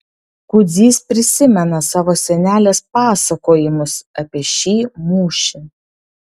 kudzys prisimena savo senelės pasakojimus apie šį mūšį